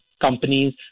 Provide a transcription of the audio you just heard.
companies